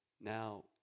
Now